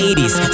80s